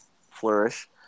flourish